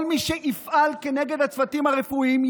כל מי שיפעל כנגד הצוותים הרפואיים,